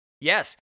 yes